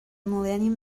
millennium